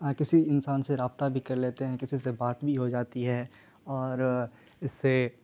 کسی انسان سے رابطہ بھی کر لیتے ہیں کسی سے بات بھی ہو جاتی ہے اور اس سے